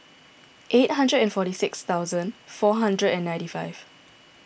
eight hundred and forty six thousand four hundred and ninety five